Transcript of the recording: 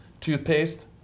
toothpaste